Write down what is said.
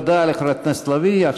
תודה לחברת הכנסת לביא.